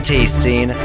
Tasting